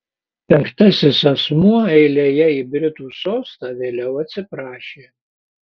penktasis asmuo eilėje į britų sostą vėliau atsiprašė